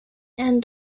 and